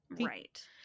right